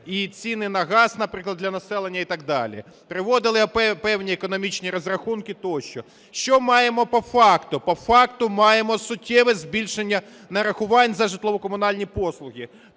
і ціни на газ, наприклад, для населення і так далі, приводили певні економічні розрахунки тощо. Що маємо по факту? По факту маємо суттєве збільшення нарахувань за житлово-комунальні послуги.